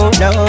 no